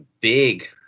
big